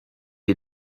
you